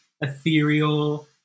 ethereal